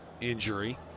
injury